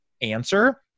answer